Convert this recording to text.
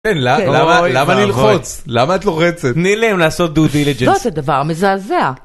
למה? למה? למה ללחוץ? למה את לוחצת? תני להם לעשות דו דיליג'נס. לא, זה דבר מזעזע